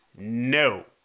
no